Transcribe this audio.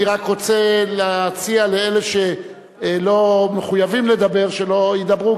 אני רק רוצה להציע לאלה שלא מחויבים לדבר שלא ידברו,